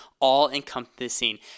all-encompassing